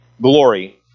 glory